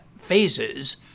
phases